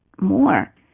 more